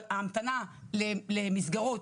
אבל ההמתנה למסגרות,